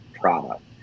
product